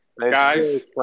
Guys